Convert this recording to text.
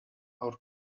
our